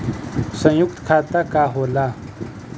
सयुक्त खाता का होला?